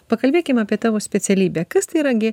pakalbėkim apie tavo specialybę kas tai yra gi